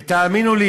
ותאמינו לי,